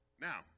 Now